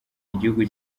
igihugu